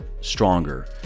Stronger